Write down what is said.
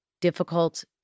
difficult